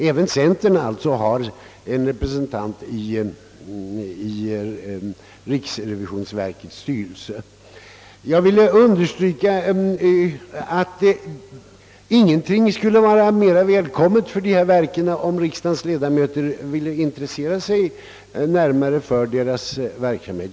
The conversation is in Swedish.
Även centern har alltså en företrädare i riksrevisionsverkets styrelse. Ingenting skulle vara mer välkommet för dessa verk än om riksdagens ledamöter ville intressera sig mera för deras verksamhet.